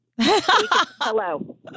Hello